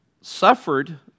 suffered